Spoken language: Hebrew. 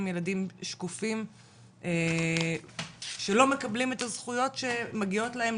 הם ילדים שקופים שלא מקבלים את הזכויות שמגיעות להם.